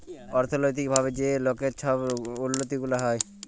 অথ্থলৈতিক ভাবে যে লকের ছব উল্লতি গুলা হ্যয়